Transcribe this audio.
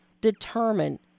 determine